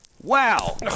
Wow